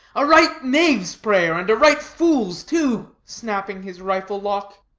a right knave's prayer, and a right fool's, too, snapping his rifle-lock.